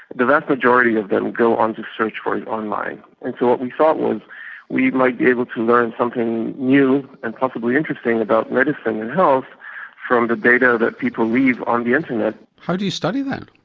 the vast majority of them go on to search for it online. and so what we thought was we might be able to learn something new and possibly interesting about medicine and health from the data that people leave on the internet. how do you study that?